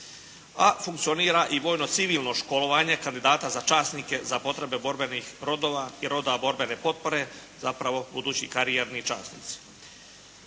A funkcionira i vojno civilno školovanje kandidata za časnike, za potrebe borbenih rodova, i rodova borbene potpore zapravo, budući karijerni časnici.